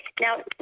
now